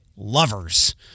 Lovers